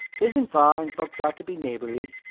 tisn't far and folks ought to be neighborly.